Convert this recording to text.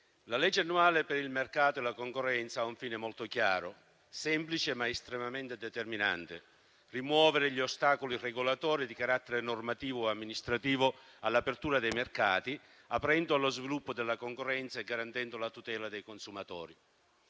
la legge annuale per il mercato e la concorrenza ha un fine molto chiaro, semplice, ma estremamente determinante: rimuovere gli ostacoli regolatori di carattere normativo o amministrativo all'apertura dei mercati, aprendo allo sviluppo della concorrenza e garantendo la tutela dei consumatori.